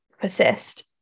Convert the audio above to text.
persist